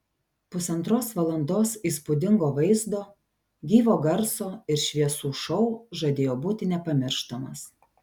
pusantros valandos įspūdingo vaizdo gyvo garso ir šviesų šou žadėjo būti nepamirštamas